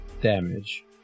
damage